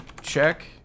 check